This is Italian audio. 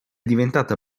diventata